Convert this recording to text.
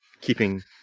Keeping